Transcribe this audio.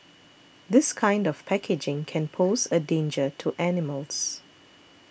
this kind of packaging can pose a danger to animals